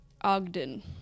Ogden